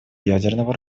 ядерного